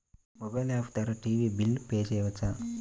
Mobile app ద్వారా TV bill pay చేయవచ్చా?